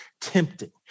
tempting